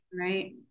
Right